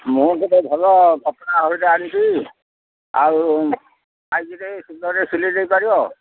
ମୁଁ ଗୋଟେ ଭଲ କପଡ଼ା ଅଲରେଡି ଆଣିଛି ଆଉ ସିଲେଇ ଟିକେ କରିବ